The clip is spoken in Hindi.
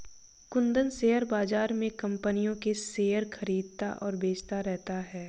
कुंदन शेयर बाज़ार में कम्पनियों के शेयर खरीदता और बेचता रहता है